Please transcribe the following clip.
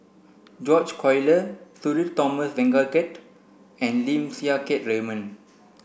George Collyer Sudhir Thomas Vadaketh and Lim Siang Keat Raymond